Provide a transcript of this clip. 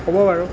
হ'ব বাৰু